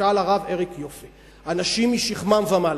למשל אריק יופה, אנשים משכמם ומעלה.